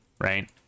right